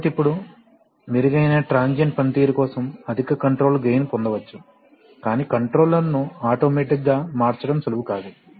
కాబట్టి ఇప్పుడు మెరుగైన ట్రాన్సియెంట్ పనితీరు కోసం అధిక కంట్రోలర్ గెయిన్ పొందవచ్చు కానీ కంట్రోలర్ ను ఆటోమేటిక్ గా మార్చడం సులువు కాదు